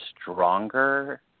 stronger